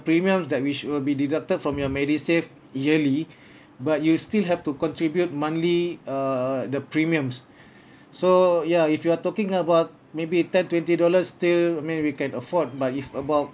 premiums that which will be deducted from your MediSave yearly but you still have to contribute monthly err the premiums so ya if you are talking about maybe ten twenty dollars still maybe we can afford but if about